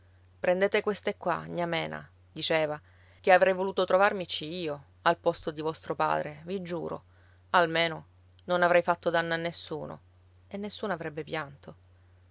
prendete queste qua gnà mena diceva che avrei voluto trovarmici io al posto di vostro padre vi giuro almeno non avrei fatto danno a nessuno e nessuno avrebbe pianto